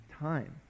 time